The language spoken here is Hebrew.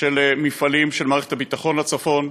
העברת מפעלים של מערכת הביטחון לצפון,